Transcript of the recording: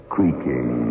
Creaking